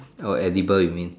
oh edible you mean